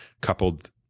coupled